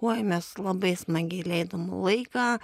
uoj mes labai smagiai leidom laiką